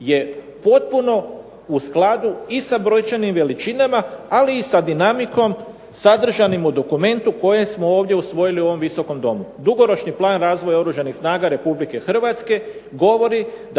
je potpuno u skladu i sa brojčanim veličinama, ali i sa dinamikom sadržanim u dokumentu koje smo ovdje usvojili u ovom Visokom domu. Dugoročni plan razvoja Oružanih snaga Republike Hrvatske govori da